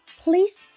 please